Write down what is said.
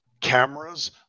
cameras